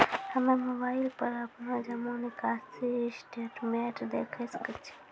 हम्मय मोबाइल पर अपनो जमा निकासी स्टेटमेंट देखय सकय छियै?